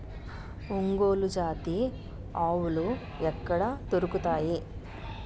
ఒంగోలు జాతి ఆవులు ఎక్కడ దొరుకుతాయి?